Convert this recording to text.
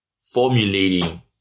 formulating